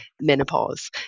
menopause